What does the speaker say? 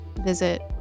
visit